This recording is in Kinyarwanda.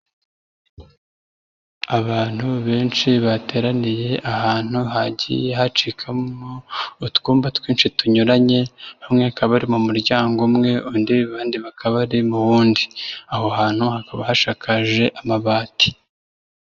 Abantu benshi bateraniye ahantu hagiye hacikamo utwumba twinshi tunyuranye, hamwe akaba ari mu muryango umwe, undi abandi bakaba ari mu wundi. Aho hantu hakaba hashakakaje amabati.